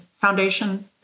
Foundation